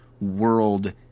world